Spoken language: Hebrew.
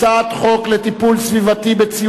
חוק מס הכנסה (פטור ממס לקופת גמל על הכנסה